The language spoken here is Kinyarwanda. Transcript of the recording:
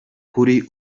kuri